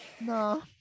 no